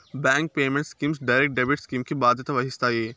bank payment schemes direct debit scheme కి బాధ్యత వహిస్తాయి